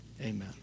amen